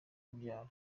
kubyara